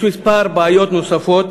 יש כמה בעיות נוספות